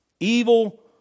Evil